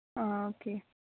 okay